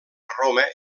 roma